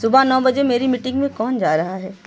صبح نو بجے میری میٹنگ میں کون جا رہا ہے